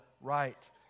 right